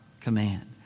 command